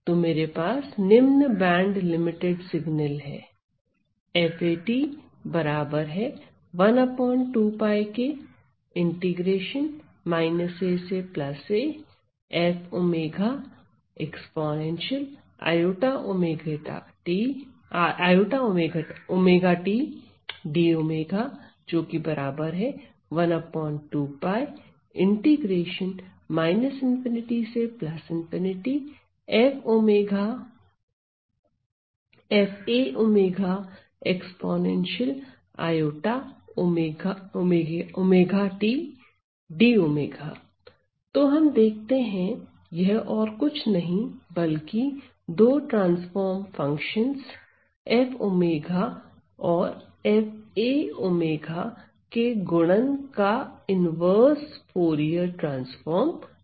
तो मेरे पास निम्न बैंडलिमिटेड सिग्नल है तो हम देखते हैं यह और कुछ नहीं है बल्कि दो ट्रांसफार्म फंक्शनस F ω और Faω के गुणन का इन्वर्स फूरिये ट्रांसफार्म है